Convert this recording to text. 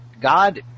God